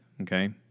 okay